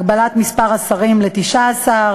הגבלת מספר השרים ל-19,